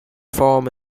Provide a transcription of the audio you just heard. form